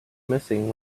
missing